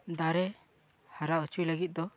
ᱫᱟᱨᱮ ᱦᱟᱨᱟ ᱚᱪᱚᱭ ᱞᱟᱹᱜᱤᱫ ᱫᱚ